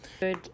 good